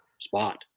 spot